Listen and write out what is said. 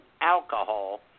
alcohol